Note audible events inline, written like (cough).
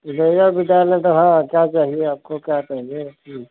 (unintelligible) लें तो हाँ क्या चाहिए आपको क्या चाहिए जी